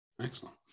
excellent